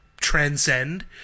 transcend